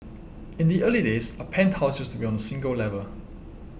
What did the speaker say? in the early days a penthouse used to be on a single level